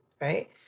right